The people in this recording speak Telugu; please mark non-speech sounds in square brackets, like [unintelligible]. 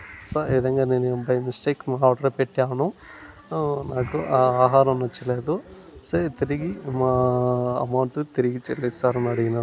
సర్ ఈ విధంగా నేను బయ్ మిస్టేక్ [unintelligible] ఆర్డర్ పెట్టాను నాకు ఆ ఆహారం నచ్చలేదు సో తిరిగి మా ఎమౌంటు తిరిగి ఇచ్చేయండి సార్ [unintelligible] అడిగినాను